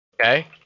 Okay